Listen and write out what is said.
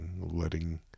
letting